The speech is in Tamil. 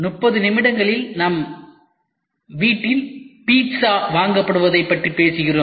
30 நிமிடங்களில் நம் வீட்டில் பீட்சா வழங்கப்படுவதைப் பற்றி பேசுகிறோம்